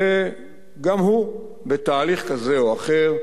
וגם הוא בתהליך כזה או אחר,